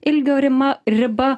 ilgio rima riba